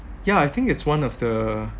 yeah I think it's one of the